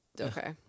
okay